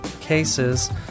cases